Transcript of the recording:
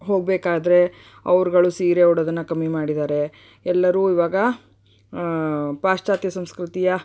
ಹೋಗಬೇಕಾದ್ರೆ ಅವರುಗಳು ಸೀರೆ ಉಡೋದನ್ನು ಕಮ್ಮಿ ಮಾಡಿದ್ದಾರೆ ಎಲ್ಲರೂ ಇವಾಗ ಪಾಶ್ಚಾತ್ಯ ಸಂಸ್ಕೃತಿಯ